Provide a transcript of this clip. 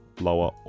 lower